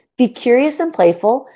be curious and playful,